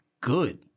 good